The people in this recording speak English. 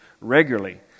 regularly